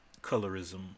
colorism